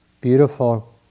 beautiful